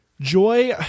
joy